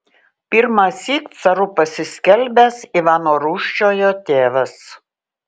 pirmąsyk caru pasiskelbęs ivano rūsčiojo tėvas